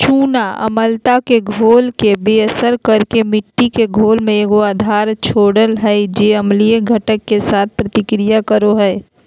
चूना अम्लता के घोल के बेअसर कर के मिट्टी के घोल में एगो आधार छोड़ हइ जे अम्लीय घटक, के साथ प्रतिक्रिया करो हइ